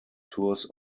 tours